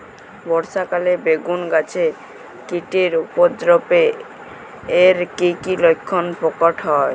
বর্ষা কালে বেগুন গাছে কীটের উপদ্রবে এর কী কী লক্ষণ প্রকট হয়?